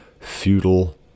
feudal